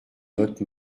notes